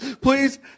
Please